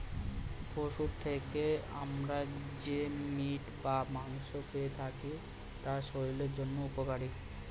পশুর থেকে আমরা যে মিট বা মাংস পেয়ে থাকি তা শরীরের জন্য উপকারী